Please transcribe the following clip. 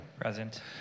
present